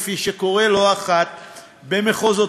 כפי שקורה לא אחת במחוזותינו,